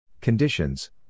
Conditions